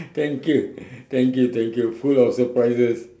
thank you thank you thank you full of surprises